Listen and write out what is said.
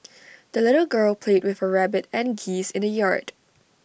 the little girl played with her rabbit and geese in the yard